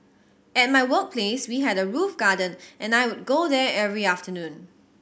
at my workplace we had a roof garden and I would go there every afternoon